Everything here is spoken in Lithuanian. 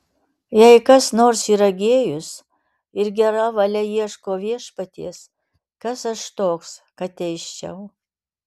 jei kas nors yra gėjus ir gera valia ieško viešpaties kas aš toks kad teisčiau